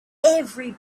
every